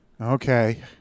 Okay